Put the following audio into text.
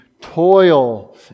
toil